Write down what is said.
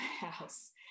house